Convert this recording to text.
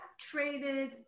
traded